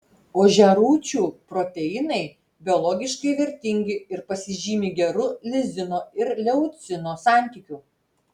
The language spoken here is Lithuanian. ožiarūčių proteinai biologiškai vertingi ir pasižymi geru lizino ir leucino santykiu